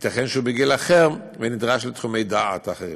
ייתכן שהוא בגיל אחר ונדרש לתחומי דעת אחרים.